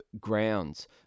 grounds